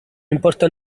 importa